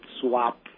swap